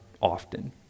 often